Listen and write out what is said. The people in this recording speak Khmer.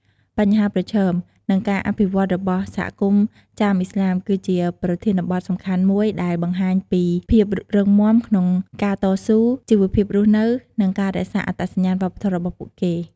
បញ្ហាប្រឈម និងការអភិវឌ្ឍន៍របស់សហគមន៍ចាមឥស្លាម គឺជាប្រធានបទសំខាន់មួយ ដែលបង្ហាញពីភាពរឹងមាំក្នុងការតស៊ូ ជីវភាពរស់នៅ និងការរក្សាអត្តសញ្ញាណវប្បធម៌របស់ពួកគេ។